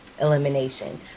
elimination